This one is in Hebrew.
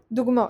דוגמאות